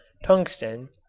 tungsten,